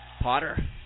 Potter